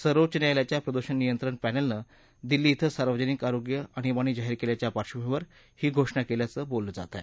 सर्वोच्च न्यायालयाच्या प्रदूषण नियंत्रण पॅनेलनं दिल्ली इथं सार्वजनिक आरोग्य आणीबाणी जाहीर केल्याच्या पार्श्वभूमीवर ही घोषणा केल्याचं बोललं जातंय